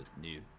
new